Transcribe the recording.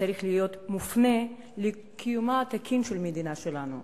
צריך להיות מופנה לקיומה התקין של המדינה שלנו.